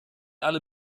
alle